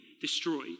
destroyed